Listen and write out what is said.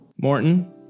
Morton